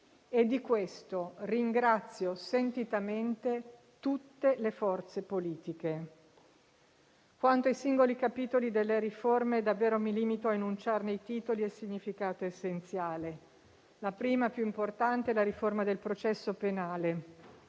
e di questo ringrazio sentitamente tutte le forze politiche. Quanto ai singoli capitoli delle riforme, davvero mi limito a enunciarne i titoli e il significato essenziale. La prima e più importante è la riforma del processo penale,